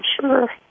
sure